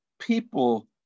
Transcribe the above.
people